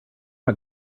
not